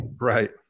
Right